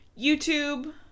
YouTube